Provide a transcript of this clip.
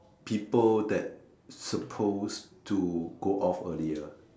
people that supposed to go off earlier